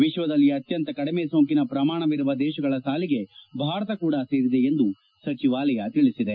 ವಿಶ್ವದಲ್ಲಿ ಅತ್ಯಂತ ಕಡಿಮೆ ಸೋಂಕಿನ ಪ್ರಮಾಣವಿರುವ ದೇಶಗಳ ಸಾಲಿಗೆ ಭಾರತ ಕೂಡ ಸೇರಿದೆ ಎಂದು ಸಚಿವಾಲಯ ತಿಳಿಸಿದೆ